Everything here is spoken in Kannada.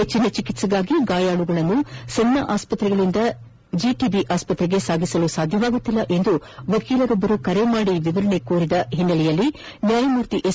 ಹೆಚ್ಚನ ಚಿಕಿತ್ಸೆಗಾಗಿ ಗಾಯಾಳುಗಳನ್ನು ಸಣ್ಣ ಆಸ್ಪತ್ರೆಯಿಂದ ಜಿಟಬಿ ಆಸ್ಪತ್ರೆಗೆ ಸಾಗಿಸಲು ಸಾಧ್ಯವಾಗುತ್ತಿಲ್ಲ ಎಂದು ವಕೀಲರೊಬ್ಬರು ಕರೆ ಮಾಡಿ ವಿವರ ನೀಡಿದ ಹಿನ್ನೆಲೆಯಲ್ಲಿ ನ್ಯಾಯಮೂರ್ತಿ ಎಸ್